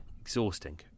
Exhausting